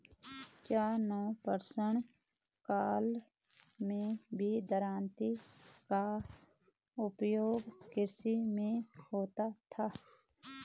क्या नवपाषाण काल में भी दरांती का उपयोग कृषि में होता था?